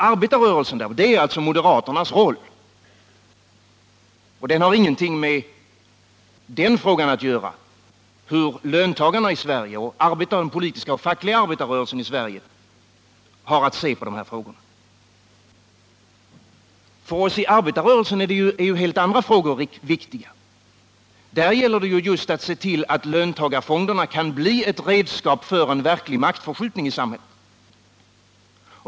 Detta är alltså moderaternas roll, och den har ingenting att göra med hur löntagarna och den politiska och fackliga arbetarrörelsen i Sverige har att se på de här frågorna. För oss i arbetarrörelsen är ju helt andra frågor viktiga. Det gäller just att se till att löntagarfonderna kan bli ett redskap för en verklig maktförskjutning i samhället.